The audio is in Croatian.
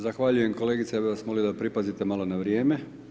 Zahvaljujem kolegice, ja bih vas molio da pripazite malo na vrijeme.